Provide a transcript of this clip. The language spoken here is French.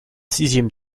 sixième